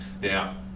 Now